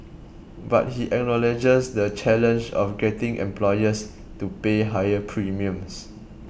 but he acknowledges the challenge of getting employers to pay higher premiums